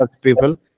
people